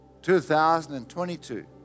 2022